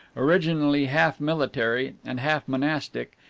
originally half-military and half-monastic,